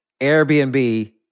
Airbnb